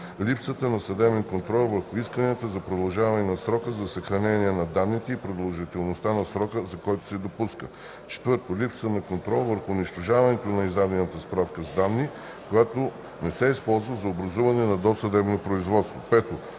липсата на съдебен контрол върху исканията за продължаване на срока на съхранение на данните и продължителността на срока, за който се допуска; 4. липсата на контрол върху унищожаването на издадената справка с данни, която не се използва за образуване на досъдебно производство;